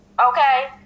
okay